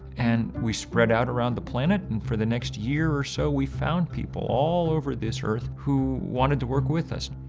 and we spread out around the planet and for the next year or so we found people all over this earth who wanted to work with us.